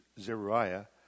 Zeruiah